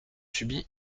subies